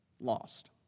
lost